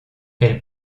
elle